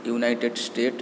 united state